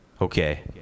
Okay